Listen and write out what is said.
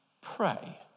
Pray